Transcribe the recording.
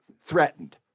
threatened